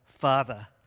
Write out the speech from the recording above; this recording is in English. Father